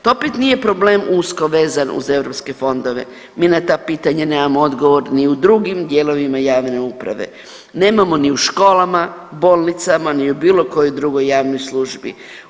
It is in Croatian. To opet nije usko vezan uz europske fondove, mi na ta pitanja nemamo odgovor ni u drugim dijelovima javne uprave, nemamo ni u školama, bolnicama ni u bilo kojoj drugoj javnoj službi.